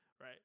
Right